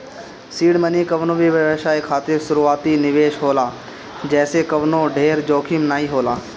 seed money कवनो भी व्यवसाय खातिर शुरूआती निवेश होला जेसे कवनो ढेर जोखिम नाइ होला